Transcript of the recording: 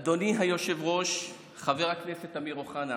אדוני היושב-ראש, חבר הכנסת אמיר אוחנה,